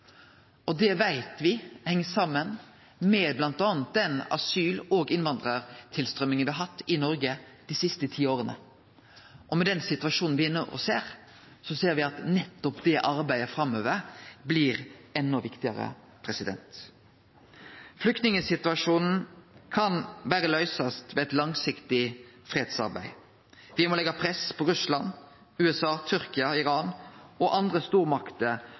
land. Det veit me heng saman med bl.a. den asyl- og innvandrartilstrøyminga me har hatt i Noreg dei siste ti åra, og med den situasjonen me no ser, veit me at det arbeidet blir enda viktigare framover. Flyktningsituasjonen kan berre løysast ved eit langsiktig fredsarbeid. Me må leggje press på Russland, USA, Tyrkia, Iran og andre stormakter